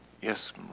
Yes